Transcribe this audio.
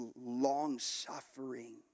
long-suffering